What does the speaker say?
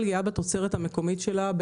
גאה בתוצרת המקומית שלה,